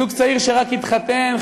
זוג צעיר שרק התחתן,